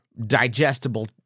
digestible